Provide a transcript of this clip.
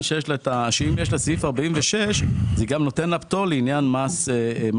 לכך שאם יש לה אישור לעניין סעיף 46 זה גם נותן לה פטור לעניין מס רכישה.